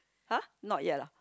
!huh! not yet ah